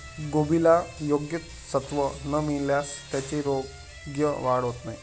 कोबीला योग्य सत्व न मिळाल्यास त्याची योग्य वाढ होत नाही